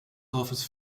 office